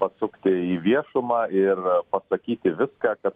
pasukti į viešumą ir pasakyti viską